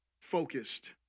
focused